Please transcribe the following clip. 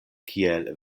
kiel